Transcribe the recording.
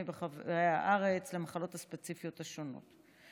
ברחבי הארץ למחלות הספציפיות השונות.